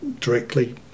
directly